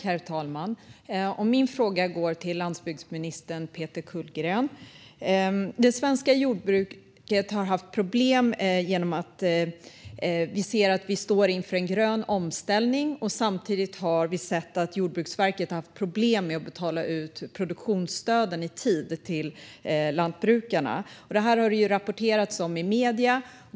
Herr talman! Min fråga går till landsbygdsminister Peter Kullgren. Det svenska jordbruket har haft problem. Vi ser att vi står inför en grön omställning. Samtidigt har vi sett att Jordbruksverket har haft problem med att betala ut produktionsstöd i tid till lantbrukarna. Det har rapporterats om detta i medierna.